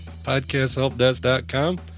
Podcasthelpdesk.com